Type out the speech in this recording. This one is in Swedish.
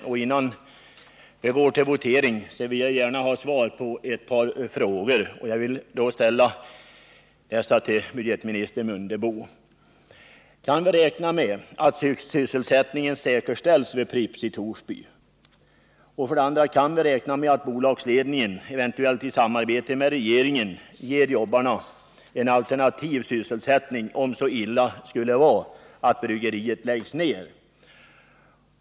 Och innan vi går till votering vill jag gärna ha svar på ett par frågor som jag riktar till budgetminister Mundebo. Kan vi räkna med att sysselsättningen säkerställs vid Pripps i Torsby? Kan vi räkna med att bolagsledningen, eventuellt i samarbete med regeringen, ger jobbarna en alternativ sysselsättning om det skulle gå så illa att bryggeriet läggs ned?